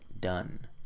done